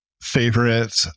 favorite